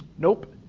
nope.